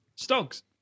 Stogs